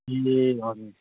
ए हजुर